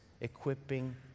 equipping